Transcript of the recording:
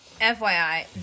FYI